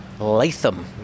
Latham